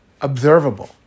observable